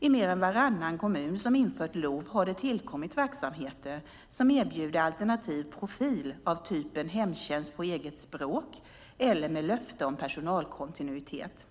I mer än varannan kommun som infört LOV har det tillkommit verksamheter som erbjuder alternativ profil av typen hemtjänst på eget språk eller med löfte om personalkontinuitet.